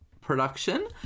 production